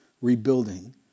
rebuilding